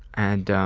and